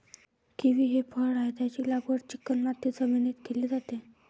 kiwi हे फळ आहे, त्याची लागवड चिकणमाती जमिनीत केली जाते